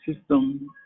system